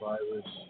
Virus